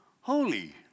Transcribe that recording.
holy